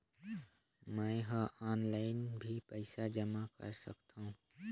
मैं ह ऑनलाइन भी पइसा जमा कर सकथौं?